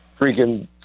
freaking